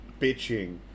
bitching